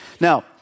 Now